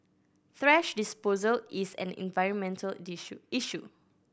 thrash disposal is an environmental issue